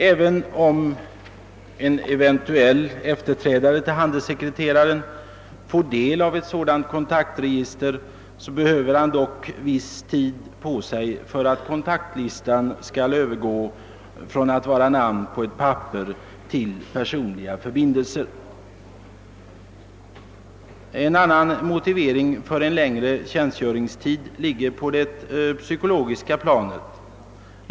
även om en eventuell efterträdare till handelssekreteraren får del av ett sådant kontaktregister så behöver han dock viss tid på sig för att kontaktlistan skall övergå från att vara namn på ett papper till personliga förbindelser. En annan motivering för en längre tjänstgöringstid ligger på det psykologiska planet.